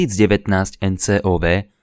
2019-NCOV